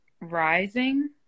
rising